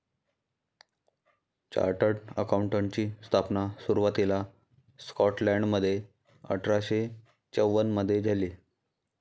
chartered अकाउंटंटची स्थापना सुरुवातीला स्कॉटलंडमध्ये अठरा शे चौवन मधे झाली